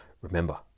remember